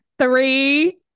Three